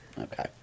Okay